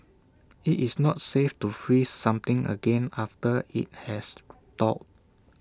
IT is not safe to freeze something again after IT has thawed